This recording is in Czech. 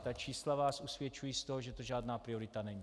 Ta čísla vás usvědčují z toho, že to žádná priorita není.